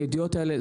הידיעות האלה,